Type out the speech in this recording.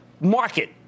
market